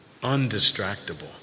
undistractable